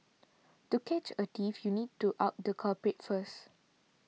to catch a thief you need to out the culprit first